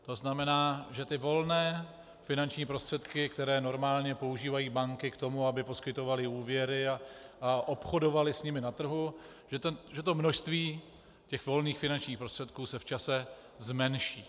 To znamená, že ty volné finanční prostředky, které normálně používají banky k tomu, aby poskytovaly úvěry a obchodovaly s nimi na trhu, že to množství volných finančních prostředků se v čase zmenší.